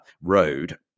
Road